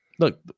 Look